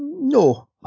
no